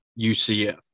UCF